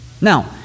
Now